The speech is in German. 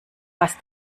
was